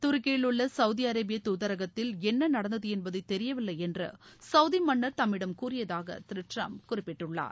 துருக்கியிலுள்ள கவுதி அரேபிய தூதரகத்தில் என்ன நடந்தது என்பது தெரியவில்லை என்று சவுதி மன்னர் தம்மிடம் கூறியதாக திரு டிரம்ப் குறிப்பிட்டுள்ளார்